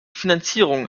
finanzierung